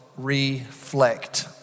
reflect